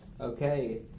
Okay